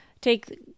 take